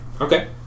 Okay